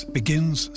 begins